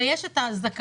הרי יש את הזכאות,